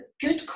good